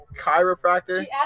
chiropractor